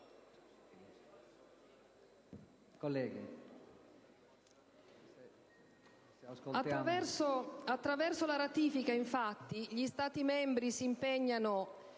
alimentari. Attraverso la ratifica, infatti, gli Stati membri si impegnano: